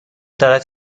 دارد